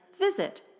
visit